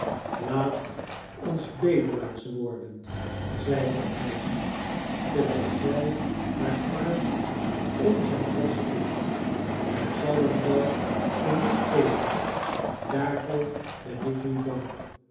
laat ons bedelaars worden zeide hetmeisje terwijl zij haar arm om zijn hals sloeg men zal ons wel genoeg geven daarvoor ben ik niet bang